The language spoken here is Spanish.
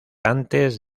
antes